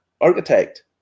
architect